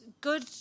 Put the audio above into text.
good